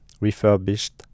refurbished